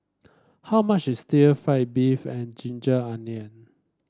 how much is fry beef and ginger onion